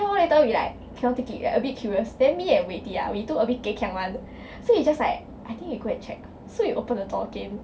then a while later we like cannot take it like a bit curious then me and weity ah we two a bit geikiang [one] so we just like I think we go and check so we open the door again